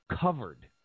Covered